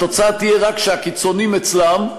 התוצאה תהיה רק שהקיצונים אצלם,